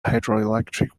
hydroelectric